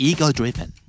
Ego-driven